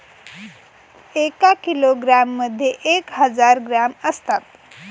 एका किलोग्रॅम मध्ये एक हजार ग्रॅम असतात